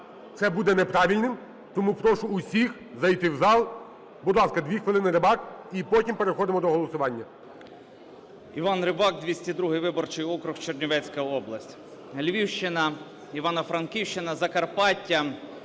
це буде неправильним. Тому прошу усіх зайти в зал. Будь ласка, дві хвилини Рибак. І потім переходимо до голосування. 17:34:34 РИБАК І.П. Іван Рибак, 202 виборчий округ Чернівецька область. Львівщина, Івано-Франківщина, Закарпаття,